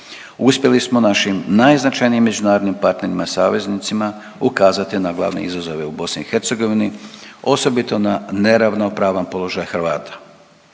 Uspjeli smo našim najznačajnijim međunarodnim partnerima, saveznicima, ukazati na glavne izazove u BiH, osobito na neravnomjeran položaj Hrvata.